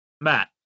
Matt